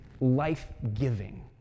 life-giving